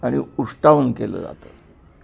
आणि उष्ष्टावण केलं जातं